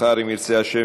אם ירצה השם,